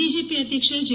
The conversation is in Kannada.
ಬಿಜೆಪಿ ಅಧ್ಯಕ್ಷ ಜೆ